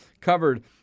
covered